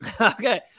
okay